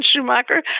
Schumacher